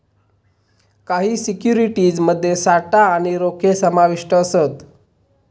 काही सिक्युरिटीज मध्ये साठा आणि रोखे समाविष्ट असत